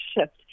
shift